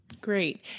Great